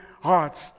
hearts